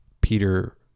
Peter